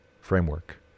framework